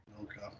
Okay